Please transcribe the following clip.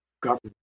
government